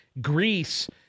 Greece